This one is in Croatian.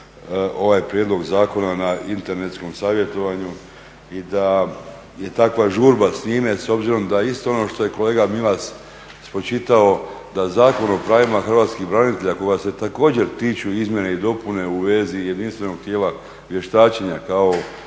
ovaj prijedlog zakona na internetskom savjetovanju i da je takva žurba s njime, s obzirom da isto ono što je kolega Milas spočitao da Zakon o pravima hrvatskih branitelja kojega se također tiču izmjene i dopune u vezi jedinstvenog tijelo vještačenja kao